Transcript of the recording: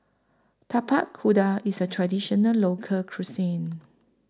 Tapak Kuda IS A Traditional Local Cuisine